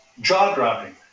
jaw-dropping